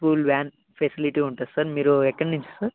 school van facility ఉంటుంది sir మీరు ఎక్కడ్నించి సార్